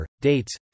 dates